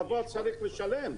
הלוואות צריך לשלם.